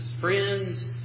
friends